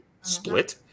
split